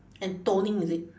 and toning is it